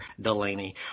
Delaney